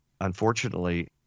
unfortunately